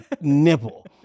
nipple